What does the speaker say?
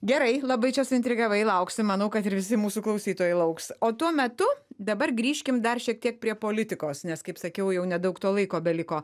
gerai labai čia suintrigavai lauksim manau kad ir visi mūsų klausytojai lauks o tuo metu dabar grįžkim dar šiek tiek prie politikos nes kaip sakiau jau nedaug to laiko beliko